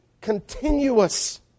continuous